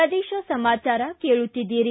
ಪ್ರದೇಶ ಸಮಾಚಾರ ಕೇಳುತ್ತೀದ್ದಿರಿ